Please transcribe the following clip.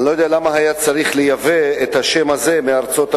אני לא יודע למה היה צריך לייבא את השם הזה מארצות-הברית,